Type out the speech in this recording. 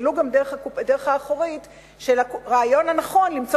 ולו גם דרך הדלת האחורית של הרעיון הנכון למצוא